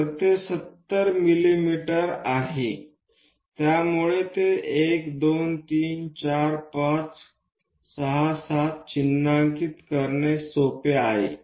तर ते 70 मिमी आहे त्यामुळे ते 1 2 3 4 5 6 7 चिन्हांकित करणे सोपे आहे